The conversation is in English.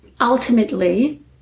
Ultimately